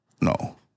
No